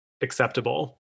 acceptable